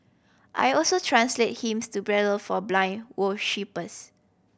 I also translate hymns to Braille for blind worshippers